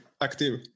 active